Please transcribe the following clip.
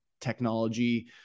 technology